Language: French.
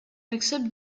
accepte